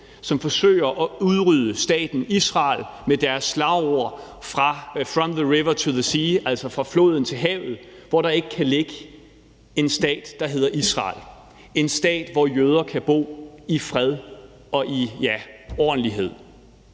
som forsøger at udrydde staten Israel med deres slagord From the river to the sea, altså fra floden til havet, hvor der ikke kan ligge en stat, der hedder Israel, en stat, hvor jøder kan bo i fred og ja, i ordentlighed.